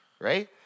right